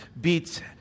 beats